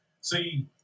See